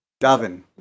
Davin